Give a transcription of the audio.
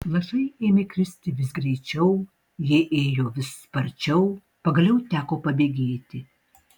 lašai ėmė kristi vis greičiau jie ėjo vis sparčiau pagaliau teko pabėgėti